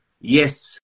Yes